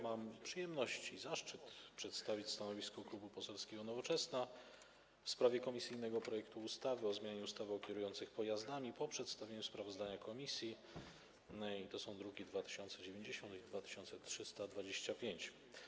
Mam przyjemność i zaszczyt przedstawić stanowisko Klubu Poselskiego Nowoczesna w sprawie komisyjnego projektu ustawy o zmianie ustawy o kierujących pojazdami po przedstawieniu sprawozdania komisji - to są druki nr 2090 i 2325.